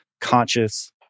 conscious